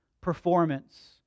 performance